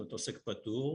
זאת אומרת עוסק פטור,